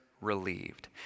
relieved